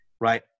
right